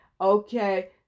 Okay